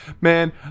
man